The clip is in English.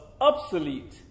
obsolete